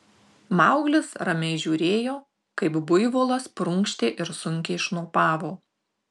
mauglis ramiai žiūrėjo kaip buivolas prunkštė ir sunkiai šnopavo